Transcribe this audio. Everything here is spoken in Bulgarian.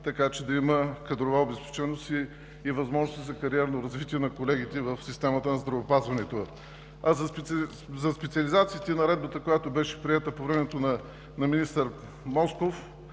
така че да има кадрова обезпеченост и възможности за кариерно развитие на колегите в системата на здравеопазването. За специализациите и наредбата, която беше приета по времето на министър Москов,